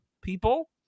people